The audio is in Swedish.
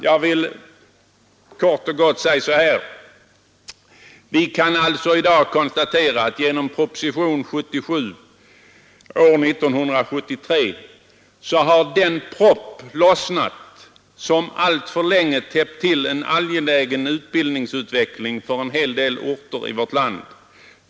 Jag vill till slut kort och gott säga att genom propositionen 77 år 1973 har den ”propp” lossnat som alltför länge täppt till en angelägen utbildningsutveckling för en hel del orter i vårt land.